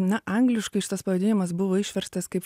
na angliškai šitas pavadinimas buvo išverstas kaip